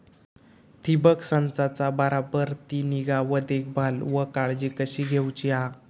ठिबक संचाचा बराबर ती निगा व देखभाल व काळजी कशी घेऊची हा?